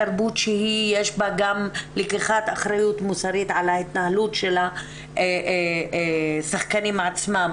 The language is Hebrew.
תרבות שיש בה גם לקיחת אחריות מוסרית על ההתנהלות של השחקנים עצמם.